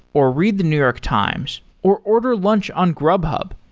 or read the new york times, or order lunch on grubhub,